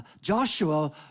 Joshua